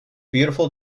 beautiful